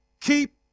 keep